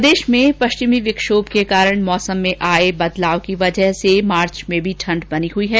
प्रदेश में पश्चिमी विक्षाभ के कारण मौसम में आये दिलाव की वजह से मार्च में भी ठण्ड बनी हुई है